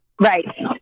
Right